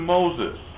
Moses